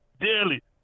daily